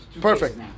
Perfect